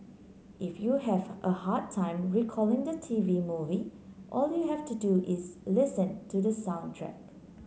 if you have a hard time recalling the T V movie all you have to do is listen to the soundtrack